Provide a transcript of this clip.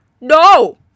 No